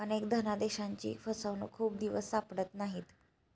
अनेक धनादेशांची फसवणूक खूप दिवस सापडत नाहीत